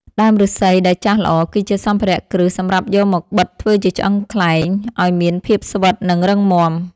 ដើមឫស្សីដែលចាស់ល្អ គឺជាសម្ភារៈគ្រឹះសម្រាប់យកមកបិតធ្វើជាឆ្អឹងខ្លែងឱ្យមានភាពស្វិត និងរឹងមាំ។